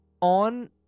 on